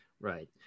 Right